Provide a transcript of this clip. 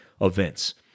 events